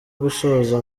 gusoza